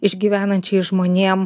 išgyvenančiais žmonėm